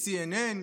ב-CNN,